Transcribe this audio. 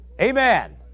Amen